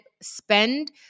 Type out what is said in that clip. spend